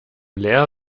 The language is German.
leer